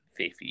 Faithy